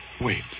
Wait